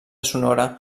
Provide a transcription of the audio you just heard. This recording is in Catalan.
sonora